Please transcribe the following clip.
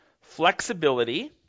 flexibility